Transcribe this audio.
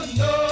no